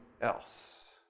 else